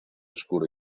oscuro